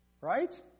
Right